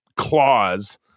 claws